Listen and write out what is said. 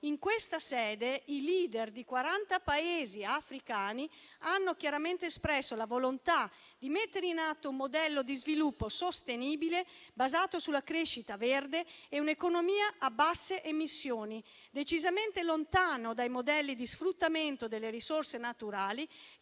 In quella sede i *leader* di quaranta Paesi africani hanno chiaramente espresso la volontà di mettere in atto un modello di sviluppo sostenibile basato sulla crescita verde e un'economia a basse emissioni, decisamente lontana dai modelli di sfruttamento delle risorse naturali